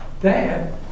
dad